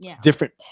different